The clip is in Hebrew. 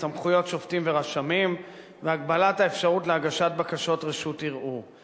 סמכויות שופטים ורשמים והגבלת האפשרות להגיש בקשות רשות ערעור.